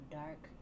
dark